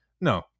No